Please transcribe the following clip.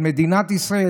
על מדינת ישראל,